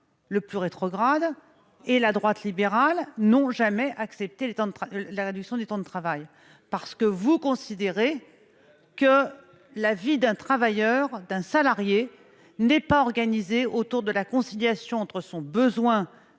le plus rétrograde et la droite libérale n'ont jamais accepté la réduction du temps de travail. Vous considérez que la vie d'un travailleur n'est pas organisée autour de la conciliation entre son besoin